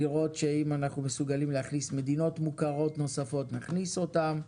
לראות שאם אנחנו מסוגלים להכניס מדינות מוכרות נוספות נכניס אותן,